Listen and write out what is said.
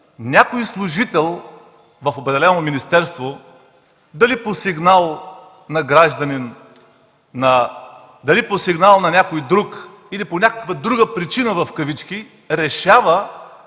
някой служител в определено министерство – дали по сигнал на гражданин, дали по сигнал на някой друг, или, по някаква друга причина в кавички, решава,